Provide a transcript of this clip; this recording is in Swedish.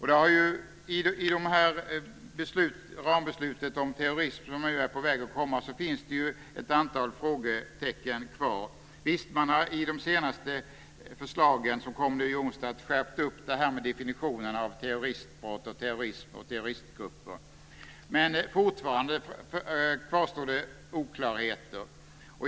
I det rambeslut om terrorism som nu är på väg finns det ett antal frågetecken kvar. Visst har man i det senaste förslaget som kom i onsdags skärpt definitionen av terroristbrott, terrorism och terroristkupper. Men fortfarande kvarstår oklarheter.